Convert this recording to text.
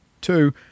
two